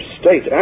state